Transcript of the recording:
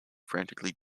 frantically